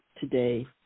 today